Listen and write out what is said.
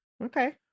Okay